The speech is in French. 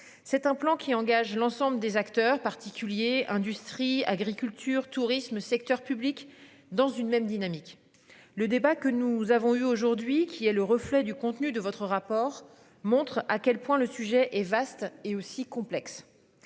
c'est un plan qui engage l'ensemble des acteurs particuliers, industrie, agriculture, tourisme, secteur public dans une même dynamique. Le débat que nous avons eu aujourd'hui qui est le reflet du contenu de votre rapport montre à quel point le sujet est vaste et aussi complexe.